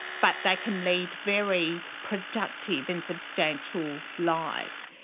but they can lead very productive and substantial lives.